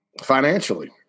financially